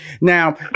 Now